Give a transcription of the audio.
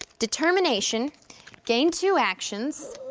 determination gain two actions.